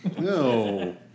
No